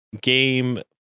game